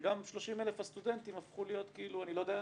שגם 30,000 הסטודנטים הפכו להיות כאילו ---.